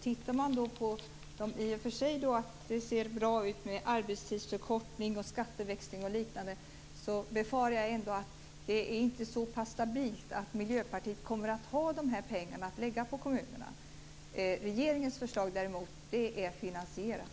Det ser i och för sig bra ut med arbetstidsförkortning, skatteväxling och liknande, men jag befarar ändå att det inte är så pass stabilt att Miljöpartiet kommer att ha de här pengarna att lägga på kommunerna. Regeringens förslag är däremot finansierat.